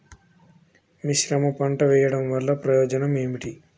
మిశ్రమ పంట వెయ్యడం వల్ల ప్రయోజనం ఏమిటి?